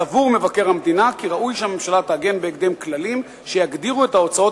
סבור מבקר המדינה כי ראוי שהממשלה תעגן בהקדם כללים שיגדירו את ההוצאות